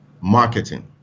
marketing